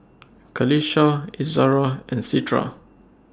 Qalisha Izzara and Citra